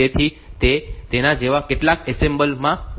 તેથી તે તેના જેવા કેટલાક એસેમ્બલર્સ માં ઓળખાય છે